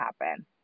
happen